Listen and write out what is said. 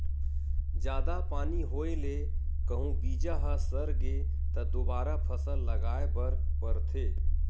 जादा पानी होए ले कहूं बीजा ह सरगे त दोबारा फसल लगाए बर परथे